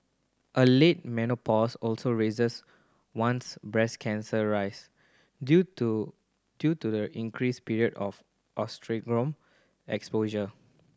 a late menopause also raises one's breast cancer rise due to due to the increased period of oestrogen exposure